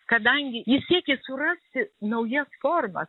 kadangi jis siekė surasti naujas formas